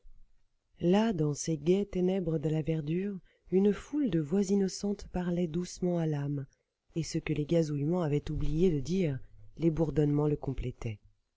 là dans ces gaies ténèbres de la verdure une foule de voix innocentes parlaient doucement à l'âme et ce que les gazouillements avaient oublié de dire les bourdonnements le complétaient